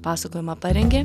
pasakojimą parengė